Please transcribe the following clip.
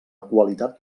qualitat